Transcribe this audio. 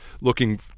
looking